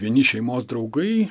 vieni šeimos draugai